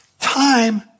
time